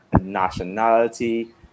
nationality